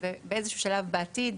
ובאיזשהו שלב בעתיד,